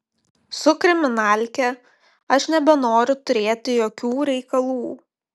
su kriminalke aš nebenoriu turėti jokių reikalų